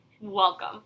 welcome